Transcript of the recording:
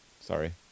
Sorry